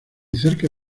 cerca